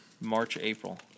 March-April